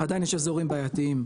עדיין יש אזורים בעיתיים,